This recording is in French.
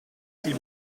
qu’il